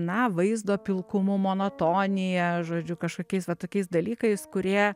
na vaizdo pilkumu monotonija žodžiu kažkokiais va tokiais dalykais kurie